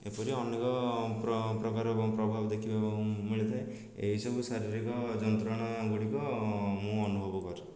ଏପରି ଅନେକ ପ୍ର ପ୍ରକାର ଏବଂ ପ୍ରଭାବ ଦେଖିବାକୁ ମିଳିଥାଏ ଏଇସବୁ ଶାରିରୀକ ଯନ୍ତ୍ରଣା ଗୁଡ଼ିକ ମୁଁ ଅନୁଭବ କରେ